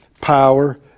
power